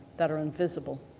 that are invisible.